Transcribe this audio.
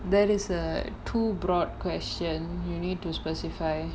that is a too broad question you need to specify